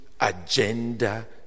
agenda